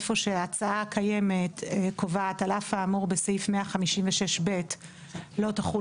איפה שההצעה הקיימת קובעת על "על אף האמור בסעיף 156ב לא תחול